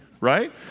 right